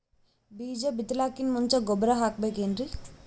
ಬೀಜ ಬಿತಲಾಕಿನ್ ಮುಂಚ ಗೊಬ್ಬರ ಹಾಕಬೇಕ್ ಏನ್ರೀ?